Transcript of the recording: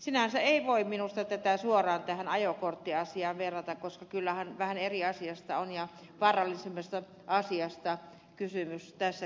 sinänsä ei voi minusta tätä suoraan tähän ajokorttiasiaan verrata koska kyllähän vähän eri asiasta ja vaarallisemmasta asiasta on kysymys tässä tilanteessa